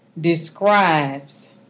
describes